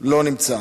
לא נמצא,